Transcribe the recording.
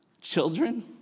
children